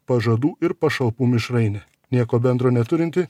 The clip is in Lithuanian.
pažadų ir pašalpų mišrainė nieko bendro neturinti